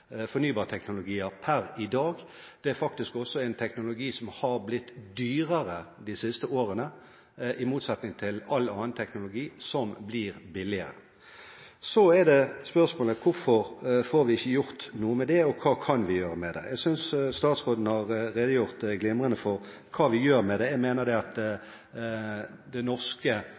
fornybarteknologier per i dag. Det er faktisk også en teknologi som har blitt dyrere de siste årene, i motsetning til all annen teknologi som blir billigere. Så er spørsmålet: Hvorfor får vi ikke gjort noe med det, og hva kan vi gjøre med det? Jeg synes statsråden har redegjort glimrende for hva vi gjør med det. Jeg mener det norske politiske miljøet, og som statsråden selv poengterte, er det